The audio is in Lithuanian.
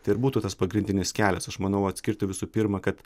tai ir būtų tas pagrindinis kelias aš manau atskirti visų pirma kad